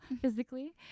physically